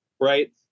right